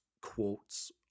quotes